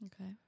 Okay